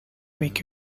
make